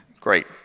Great